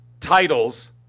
titles